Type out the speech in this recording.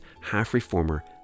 half-reformer